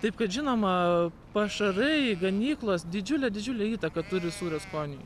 taip kad žinoma pašarai ganyklos didžiulę didžiulę įtaką turi sūrio skoniui